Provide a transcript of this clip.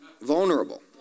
vulnerable